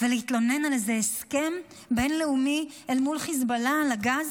ולהתלונן על איזה הסכם בין-לאומי אל מול חיזבאללה על הגז,